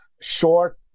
short